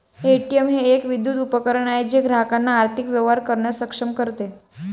ATM हे एक विद्युत उपकरण आहे जे ग्राहकांना आर्थिक व्यवहार करण्यास सक्षम करते